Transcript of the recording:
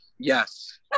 Yes